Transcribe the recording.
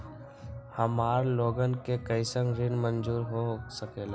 हमार लोगन के कइसन ऋण मंजूर हो सकेला?